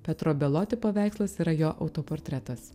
petro beloti paveikslas yra jo autoportretas